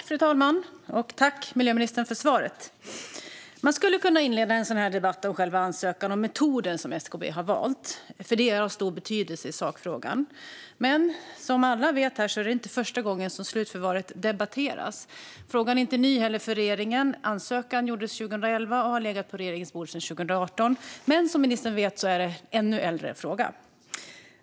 Fru talman! Tack, miljöministern, för svaret! Man skulle kunna inleda en sådan här debatt om själva ansökan med den metod som SKB valt, för det är av stor betydelse i sakfrågan. Men som alla här vet är det inte första gången slutförvaret debatteras. Frågan är heller inte ny för regeringen. Ansökan gjordes 2011 och har legat på regeringens bord sedan 2018, men som ministern vet är frågan äldre än så.